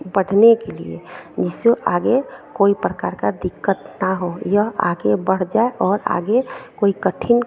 बढ़ने के लिए जिससे वो आगे कोई प्रकार की दिक़्क़त ना हो यह आगे बढ़ जाए और आगे कोई कठिन